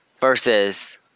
versus